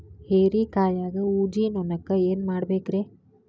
ಹೇರಿಕಾಯಾಗ ಊಜಿ ನೋಣಕ್ಕ ಏನ್ ಮಾಡಬೇಕ್ರೇ?